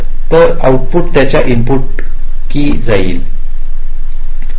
तर त्याचे ऑऊट्पुट याच्या इनपुट किे जाईल ऑऊट्पुट याच्या इनपुट जाईल